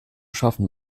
schaffen